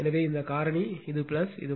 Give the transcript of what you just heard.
எனவே இந்த காரணி இது இது